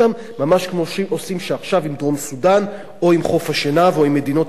ממש כמו שעושים עכשיו עם דרום-סודן או עם חוף-השנהב או עם מדינות אחרות,